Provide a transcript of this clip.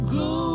go